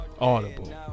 Audible